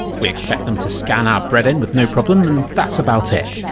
we expect them to scan our bread and with no problem and that's about it.